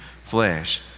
flesh